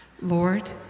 Lord